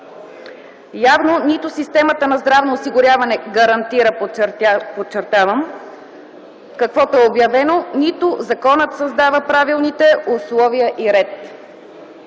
Явно, че нито системата на здравното осигуряване гарантира, подчертавам, каквото е обявено, нито законът създава правилните условия и ред.